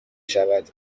شود